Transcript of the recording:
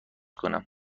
کنم